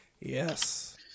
Yes